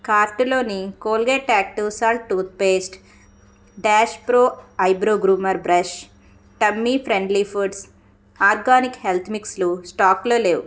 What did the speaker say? కార్టులోని Colgate active salt toothpaste dash pro eyebrow groomer brush tummy friendly foods organic health మిక్స్లు స్టాకులో లేవు